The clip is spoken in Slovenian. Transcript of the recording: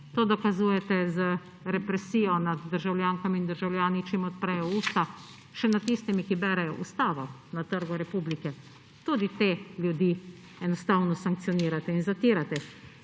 to dokazujete z represijo nad državljankami in državljani, čim odprejo usta. Še nad tistimi, ki berejo Ustavo na Trgu republike. Tudi te ljudi enostavno sankcionirate in zatirate.